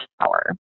power